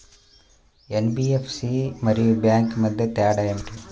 NBFC మరియు bank మధ్య తేడా ఏమిటీ?